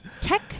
tech